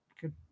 Good